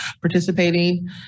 participating